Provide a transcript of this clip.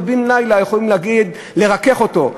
ובן-לילה יכולים לרכך אותו.